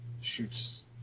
shoots